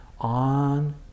on